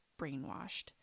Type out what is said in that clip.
brainwashed